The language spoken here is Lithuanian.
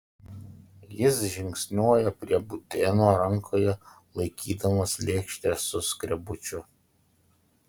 jis žingsniuoja prie buteno rankoje laikydamas lėkštę su skrebučiu